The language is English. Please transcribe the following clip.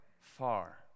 far